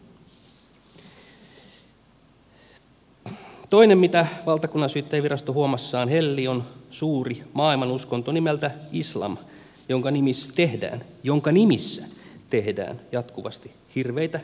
toinen mitä valtakunnansyyttäjänvirasto huomassaan hellii on suuri maailmanuskonto nimeltä islam jonka nimissä tehdään jonka nimissä tehdään jatkuvasti hirveitä ihmisoikeusloukkauksia